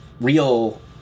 real